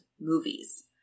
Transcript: movies